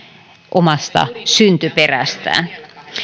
omasta syntyperästään